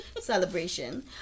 celebration